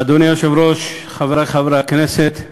אדוני היושב-ראש, חברי חברי הכנסת,